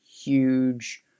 huge